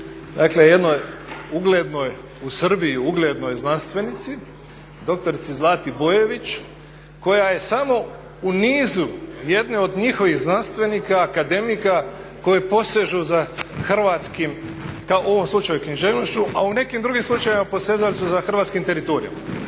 dakle jednoj uglednoj, u Srbiji uglednoj znanstvenici dr. Zlati Bojović koja je samo u nizu jedne od njihovih znanstvenika, akademika koji posežu za hrvatskim u ovom slučaju književnošću, a u nekim drugim slučajevima posezali su za hrvatskim teritorijem.